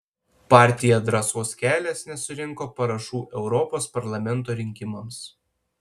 partija drąsos kelias nesurinko parašų europos parlamento rinkimams